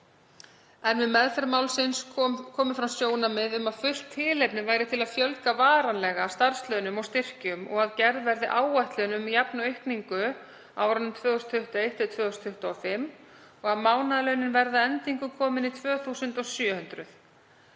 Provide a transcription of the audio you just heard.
Við meðferð málsins komu fram sjónarmið um að fullt tilefni væri til að fjölga varanlega starfslaunum og styrkjum og að gerð verði áætlun um jafna aukningu á árunum 2021–2025 og að mánaðarlaunin verði að endingu komin í 2.700.